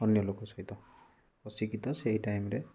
ଅନ୍ୟ ଲୋକ ସହିତ ଅଶିକ୍ଷିତ ସେହି ଟାଇମରେ